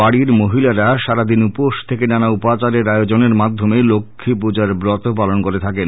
বাড়ির মহিলারা সারা দিন উপোস থেকে নানা উপাচারের আয়োজনের মাধ্যমে লক্ষী পৃজার ব্রত পালন করে থাকেন